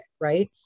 right